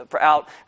out